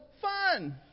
fun